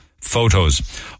photos